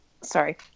sorry